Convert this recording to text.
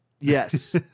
Yes